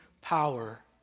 power